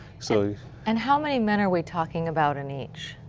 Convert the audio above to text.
so and how many men are we talking about in each?